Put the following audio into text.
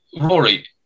Rory